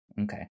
okay